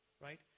Right